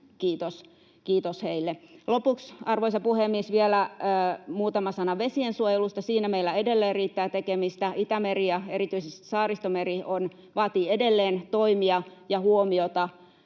kiitos heille. Lopuksi, arvoisa puhemies, vielä muutama sana vesiensuojelusta: Siinä meillä edelleen riittää tekemistä. Itämeri ja erityisesti Saaristomeri vaativat edelleen toimia ja huomiota,